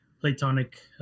Platonic